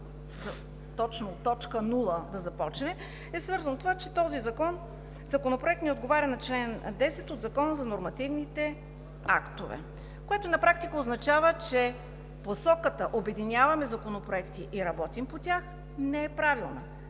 точно от точка нула, е свързано с това, че този законопроект не отговаря на чл. 10 от Закона за нормативните актове, което на практика означава, че посоката „обединяваме законопроекти и работим по тях“ не е правилна.